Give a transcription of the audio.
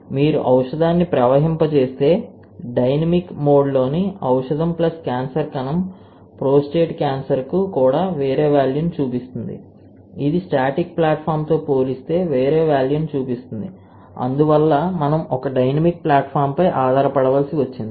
కాబట్టి మీరు ఔషధాన్ని ప్రవహింప చేస్తే డైనమిక్ మోడ్లోని ఔషధం ప్లస్ క్యాన్సర్ కణం ప్రోస్టేట్ క్యాన్సర్కు కూడా వేరే వేల్యూను చూపిస్తుంది ఇది స్టాటిక్ ప్లాట్ఫామ్తో పోలిస్తే వేరే వేల్యూను చూపిస్తుంది అందువల్ల మనము ఒక డైనమిక్ ప్లాట్ఫాం పై ఆధారపడవలసి వచ్చింది